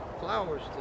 flowers